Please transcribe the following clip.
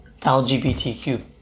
LGBTQ